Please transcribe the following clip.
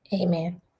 Amen